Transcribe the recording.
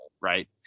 right